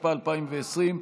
התשפ"א 2020,